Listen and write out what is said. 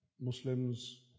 Muslims